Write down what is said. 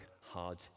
hard